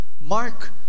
Mark